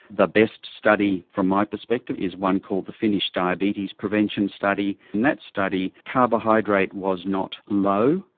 the best study from my perspective is one called the finnish diabetes prevention study. in that study carbohydrate was not low.